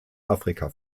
afrika